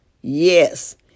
Yes